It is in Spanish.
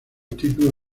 título